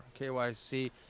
KYC